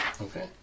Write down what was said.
Okay